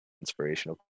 inspirational